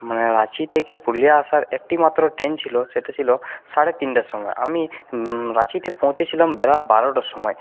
মানে রাঁচি থেকে পুরুলিয়া আসার একটি মাত্র ট্রেন ছিল সেটি ছিল সাড়ে তিনটের সময় আমি রাঁচিতে পৌঁছেছিলাম বেলা বারোটার সময়